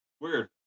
weird